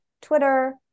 Twitter